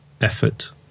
effort